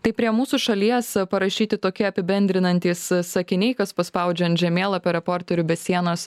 tai prie mūsų šalies parašyti tokie apibendrinantys sakiniai kas paspaudžia ant žemėlapio reporterių be sienos